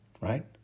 right